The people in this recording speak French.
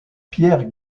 pierre